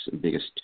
biggest